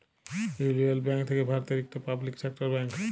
ইউলিয়ল ব্যাংক থ্যাকে ভারতের ইকট পাবলিক সেক্টর ব্যাংক